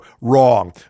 wrong